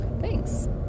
thanks